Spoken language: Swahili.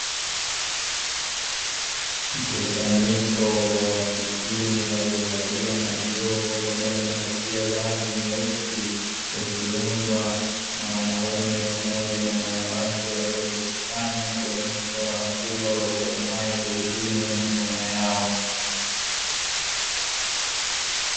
Mkusanyiko wa wahitimu waliovalia majoho pamoja na kofia za rangi nyeusi ukiundwa na wanaume pamoja na wanawake waliojikusanya kuonyesha furaha kubwa waliyonayo kuhitimu masomo yao.